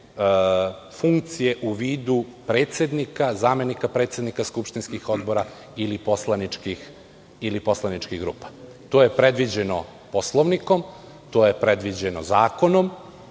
funkcije u vidu predsednika, zamenika predsednika skupštinskih odbora ili poslaničkih grupa. To je predviđeno poslovnikom, to je predviđeno zakonom,